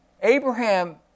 Abraham